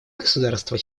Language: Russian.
государства